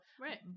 Right